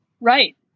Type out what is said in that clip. right